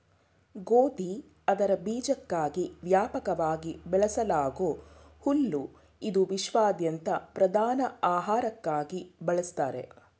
ಗೋಧಿ ಅದರ ಬೀಜಕ್ಕಾಗಿ ವ್ಯಾಪಕವಾಗಿ ಬೆಳೆಸಲಾಗೂ ಹುಲ್ಲು ಇದು ವಿಶ್ವಾದ್ಯಂತ ಪ್ರಧಾನ ಆಹಾರಕ್ಕಾಗಿ ಬಳಸ್ತಾರೆ